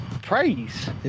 praise